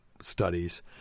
studies